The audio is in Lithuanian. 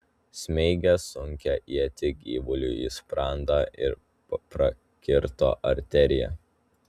smeigė sunkią ietį gyvuliui į sprandą ir prakirto arteriją